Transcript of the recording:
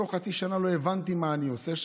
בתוך חצי שנה לא הבנתי מה אני עושה שם.